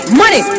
money